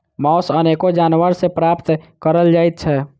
मौस अनेको जानवर सॅ प्राप्त करल जाइत छै